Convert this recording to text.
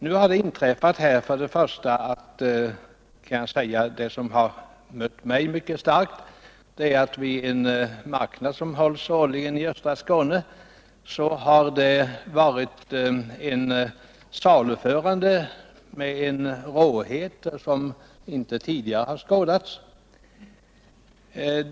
Sedan dess har en del saker inträffat. En sak som upprört mig mycket kraftigt är att det vid en marknad som årligen hålls i östra Skåne förekommit ett saluförande med en råhet som inte tidigare har skådats.